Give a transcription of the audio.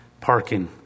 parking